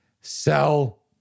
sell